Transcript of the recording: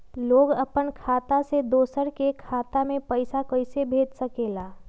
लोग अपन खाता से दोसर के खाता में पैसा कइसे भेज सकेला?